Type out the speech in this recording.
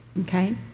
okay